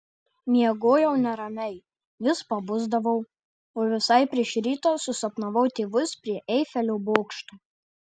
miegojau neramiai vis pabusdavau o visai prieš rytą susapnavau tėvus prie eifelio bokšto